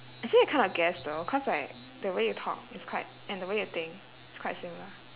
actually I kind of guessed though cause like the way you talk is quite and the way you think it's quite similar